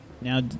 Now